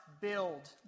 build